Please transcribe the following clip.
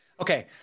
Okay